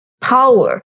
power